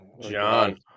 John